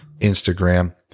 Instagram